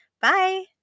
Bye